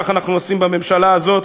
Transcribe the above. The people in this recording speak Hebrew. כך אנחנו עושים בממשלה הזאת.